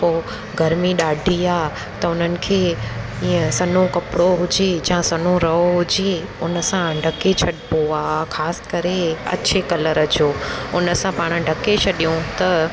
पोइ गर्मी ॾाढी आहे त उन्हनि खे ईअं सन्हो कपिड़ो हुजे जा सन्हो रओ हुजे उन सां ढके छॾिबो आहे ख़ासि करे अछे कलर जो उन सां पाण ढके छॾूं त